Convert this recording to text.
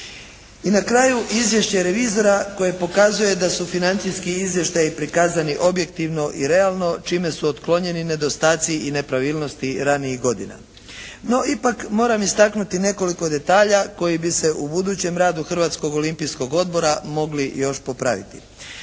I na kraju izvješće revizora koje pokazuje da su financijski izvještaji prikazani objektivno i realno čime su otklonjeni nedostaci i nepravilnosti ranijih godina. No, ipak moram istaknuti nekoliko detalja koji bi se u budućem radu Hrvatskog olimpijskog odbora mogli još popraviti.